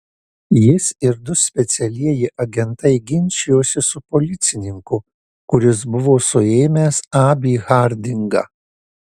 jis ir du specialieji agentai ginčijosi su policininku kuris buvo suėmęs abį hardingą